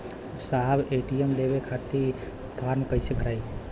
साहब ए.टी.एम लेवे खतीं फॉर्म कइसे भराई?